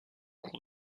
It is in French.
cours